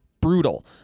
brutal